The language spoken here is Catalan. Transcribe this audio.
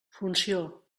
funció